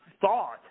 thought